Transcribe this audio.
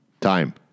Time